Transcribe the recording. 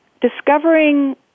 discovering